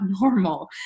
normal